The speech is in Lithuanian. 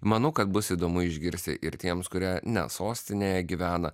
manau kad bus įdomu išgirsti ir tiems kurie ne sostinėje gyvena